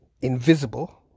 invisible